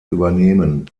übernehmen